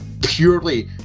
purely